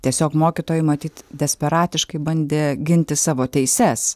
tiesiog mokytojai matyt desperatiškai bandė ginti savo teises